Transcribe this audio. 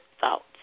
thoughts